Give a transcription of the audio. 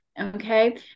Okay